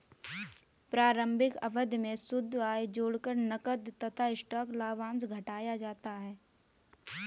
प्रारंभिक अवधि में शुद्ध आय जोड़कर नकद तथा स्टॉक लाभांश घटाया जाता है